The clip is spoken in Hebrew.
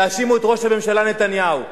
תאשימו את ראש הממשלה נתניהו.